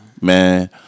Man